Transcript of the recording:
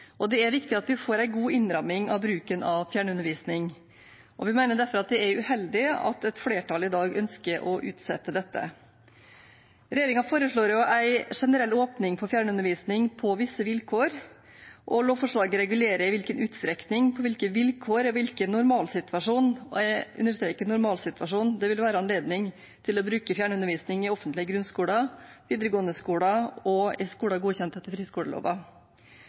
og det er viktig at vi får en god innramming av bruken av fjernundervisning. Vi mener derfor det er uheldig at et flertall i dag ønsker å utsette dette. Regjeringen foreslår en generell åpning for fjernundervisning på visse vilkår. Lovforslaget regulerer i hvilken utstrekning, på hvilke vilkår og i hvilken normalsituasjon – og jeg understreker «normalsituasjon» – det vil være anledning til å bruke fjernundervisning i offentlige grunnskoler, i videregående skoler og i skoler godkjent etter friskoleloven.